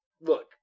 Look